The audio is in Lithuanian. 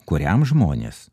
kuriam žmonės